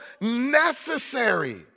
necessary